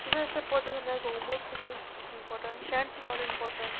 कितें अशें पद्दत आसल्यार गोमुत्र इज इंपोर्टंट शेण सुद्दां इंपोर्टंट